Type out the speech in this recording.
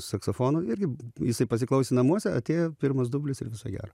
saksofono irgi jisai pasiklausė namuose atėjo pirmas dublis ir viso gero